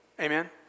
Amen